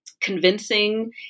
convincing